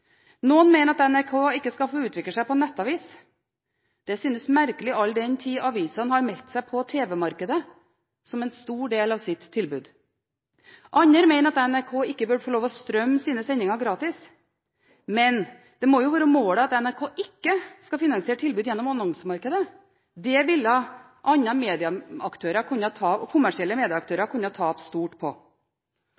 Noen mener at NRK ikke skal få utvikle seg på nettavis. Det synes merkelig, all den tid avisene har meldt seg på tv-markedet, som er en stor del av deres tilbud. Andre mener at NRK ikke bør få lov å strømme sine sendinger gratis. Men det må jo være målet at NRK ikke skal finansiere tilbud gjennom annonsemarkedet. Det ville kommersielle medieaktører kunne